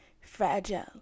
fragile